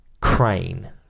crane